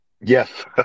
Yes